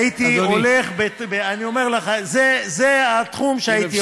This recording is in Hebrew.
הייתי הולך, אני אומר לכם, לתחום הזה הייתי הולך.